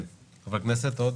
כן, נירה.